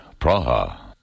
Praha